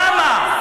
למה?